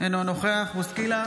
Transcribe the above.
אינו נוכח מישל בוסקילה,